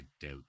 doubt